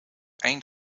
één